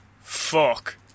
Fuck